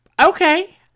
Okay